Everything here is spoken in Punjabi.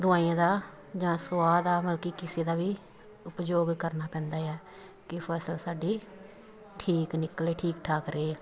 ਦਵਾਈਆਂ ਦਾ ਜਾਂ ਸੁਆਹ ਦਾ ਬਲਕਿ ਕਿਸੇ ਦਾ ਵੀ ਉਪਯੋਗ ਕਰਨਾ ਪੈਂਦਾ ਆ ਕਿ ਫ਼ਸਲ ਸਾਡੀ ਠੀਕ ਨਿਕਲੇ ਠੀਕ ਠਾਕ ਰਹੇ